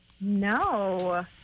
No